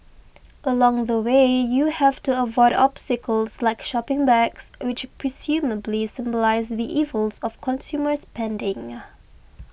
along the way you have to avoid obstacles like shopping bags which presumably symbolise the evils of consumer spending